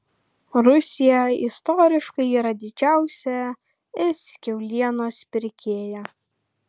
rusija istoriškai yra didžiausia es kiaulienos pirkėja